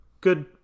good